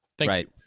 Right